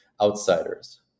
outsiders